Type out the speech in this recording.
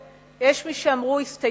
יש מי שאמרו: הסתיימה הציונות.